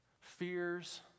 fears